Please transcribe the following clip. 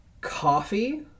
coffee